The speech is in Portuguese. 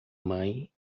mãe